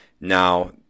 Now